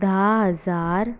धा हजार